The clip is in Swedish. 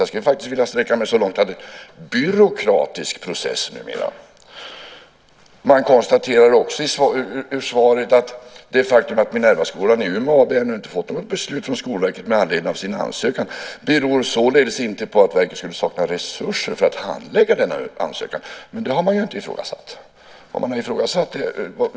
Jag skulle vilja sträcka mig så långt som till att det är en byråkratisk process numera. Man kan av svaret också konstatera att det faktum att Minervaskolan i Umeå ännu inte har fått något beslut från Skolverket med anledning av sin ansökan inte beror på att verket skulle sakna resurser för att handlägga denna ansökan. Det har man heller inte ifrågasatt.